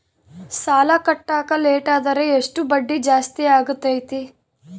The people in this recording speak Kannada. ಸಾಲ ಕಟ್ಟಾಕ ಲೇಟಾದರೆ ಎಷ್ಟು ಬಡ್ಡಿ ಜಾಸ್ತಿ ಆಗ್ತೈತಿ?